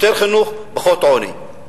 יותר חינוך, פחות עוני.